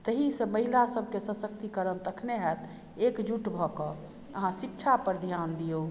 ताहिसॅं महिला सबके सशक्तिकरण तखने होयत एकजुट भऽ के अहाँ शिक्षा पर ध्यान दियौ